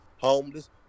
homeless